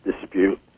dispute